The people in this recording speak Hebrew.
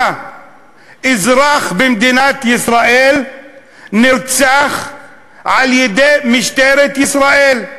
אזרח במדינת ישראל נרצח על-ידי משטרת ישראל.